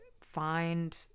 find